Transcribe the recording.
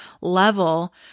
level